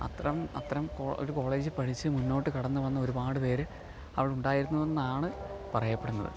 അത്തരം അത്തരം ഒരു കോളേജിൽ പഠിച്ചു മുന്നോട്ട് കടന്നു വന്ന ഒരുപാട് പേർ അവിടെ ഉണ്ടായിരുന്നു എന്നാണ് പറയപ്പെടുന്നത്